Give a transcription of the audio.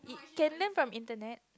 can learn from internet